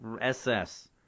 SS